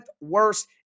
worst